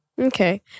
Okay